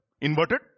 Inverted